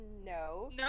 no